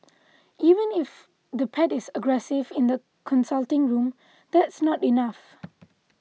even if the pet is aggressive in the consulting room that's not enough